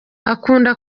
akunda